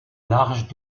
large